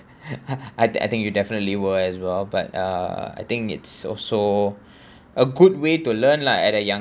I I think you definitely were as well but uh I think it's also a good way to learn lah at a younger